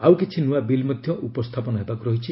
ଆଉ କିଛି ନୂଆ ବିଲ୍ ମଧ୍ୟ ଉପସ୍ଥାପନ ହେବାକୁ ରହିଛି